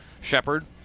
Shepard